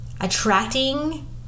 attracting